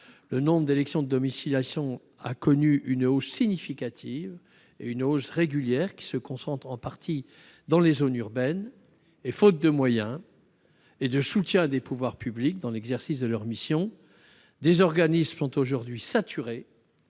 le nombre d'élections domiciliation a connu une hausse significative une hausse régulière qui se concentrent en partie dans les zones urbaines et faute de moyens et de soutien des pouvoirs publics dans l'exercice de leur mission des organismes sont aujourd'hui saturés